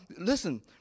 listen